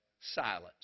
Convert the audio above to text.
silence